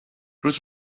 روت